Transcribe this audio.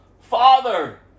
Father